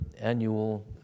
annual